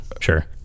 Sure